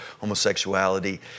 homosexuality